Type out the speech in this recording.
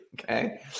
Okay